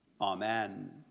Amen